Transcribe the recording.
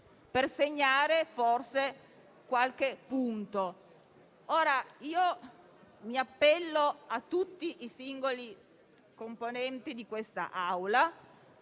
per segnare forse qualche punto. Io mi appello a tutti i singoli componenti di questa Aula,